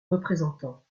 représentant